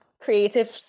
creative